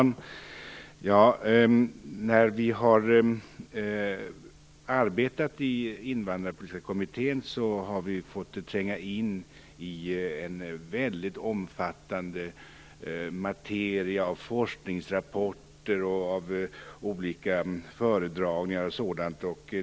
Fru talman! När vi har arbetat i den invandrarpolitiska kommittén har vi fått tränga in i en väldigt omfattande materia av forskningsrapporter, olika föredragningar och sådant.